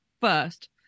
first